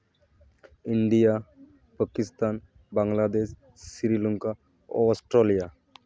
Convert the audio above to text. India Pakistan Bangladesh Sri Lanka Australia